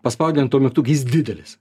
paspaudi ant tų mygtuk jis didelis